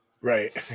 Right